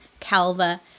Calva